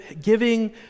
giving